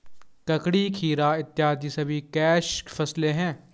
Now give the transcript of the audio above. ककड़ी, खीरा इत्यादि सभी कैच फसलें हैं